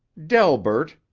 delbert,